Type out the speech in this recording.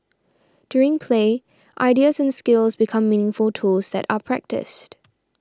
during play ideas and skills become meaningful tools that are practised